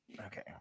Okay